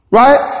right